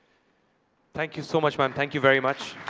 thank you so much, ma'am. thank you very much.